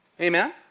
Amen